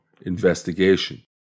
investigation